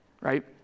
right